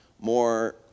more